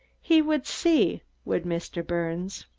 he would see, would mr. birnes.